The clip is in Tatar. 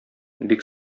бик